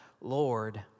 Lord